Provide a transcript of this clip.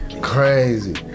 Crazy